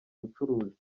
bucuruzi